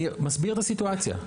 אני מסביר את הסיטואציה.